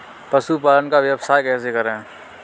पशुपालन का व्यवसाय कैसे करें?